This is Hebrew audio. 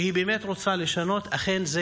שבאמת רוצה לשנות, אכן זה